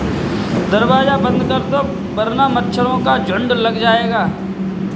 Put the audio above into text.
दरवाज़ा बंद कर दो वरना मच्छरों का झुंड लग जाएगा